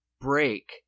break